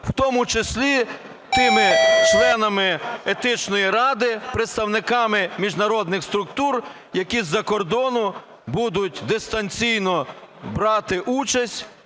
в тому числі тими членами Етичної ради - представниками міжнародних структур, які з-за кордону будуть дистанційно брати участь